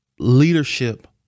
leadership